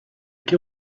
què